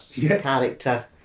character